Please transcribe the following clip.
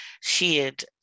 shared